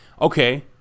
Okay